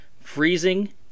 freezing